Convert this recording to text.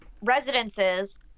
residences